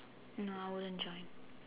no I wouldn't join